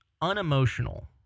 unemotional